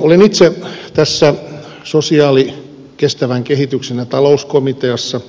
olen itse tässä sosiaali ja kestävän kehityksen ja talouskomiteassa